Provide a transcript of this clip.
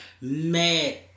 mad